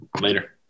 Later